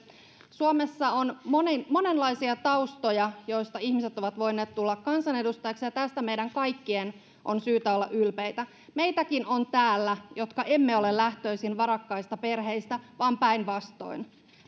suomessa on monenlaisia taustoja joista ihmiset ovat voineet tulla kansanedustajaksi ja tästä meidän kaikkien on syytä olla ylpeitä täällä on meitäkin jotka emme ole lähtöisin varakkaista perheistä vaan päinvastoin